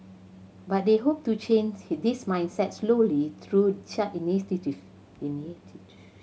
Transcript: but they hope to change this mindset slowly through such